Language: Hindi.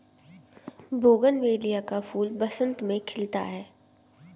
बोगनवेलिया का फूल बसंत में खिलता है